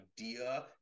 idea